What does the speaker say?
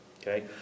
okay